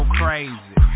crazy